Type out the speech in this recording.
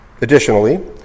additionally